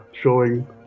showing